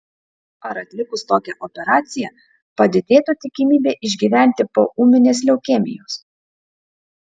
ar atlikus tokią operaciją padidėtų tikimybė išgyventi po ūminės leukemijos